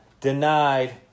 denied